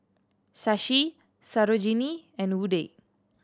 Shashi Sarojini and Udai